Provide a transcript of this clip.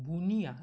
বুন্দিয়া